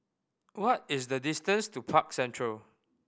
what is the distance to Park Central